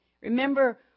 Remember